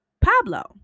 Pablo